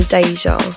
Deja